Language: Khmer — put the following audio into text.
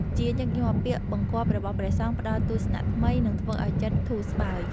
ជាញឹកញាប់ ពាក្យបង្គាប់របស់ព្រះសង្ឃផ្តល់ទស្សនៈថ្មី និងធ្វើឱ្យចិត្តធូរស្បើយ។